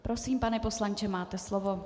Prosím, pane poslanče, máte slovo.